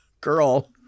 girl